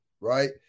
right